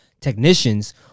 technicians